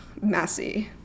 messy